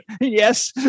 yes